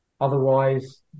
otherwise